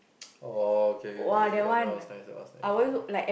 oh K K K that one is nice that one is nice ya